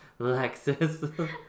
Lexus